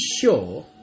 sure